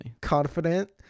confident